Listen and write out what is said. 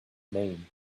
name